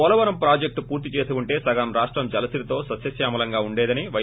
Polavaram project పూర్తి చేసి ఉంటే సగం రాష్టం జలసిరితో సస్కక్యామలంగా ఉండేదని వై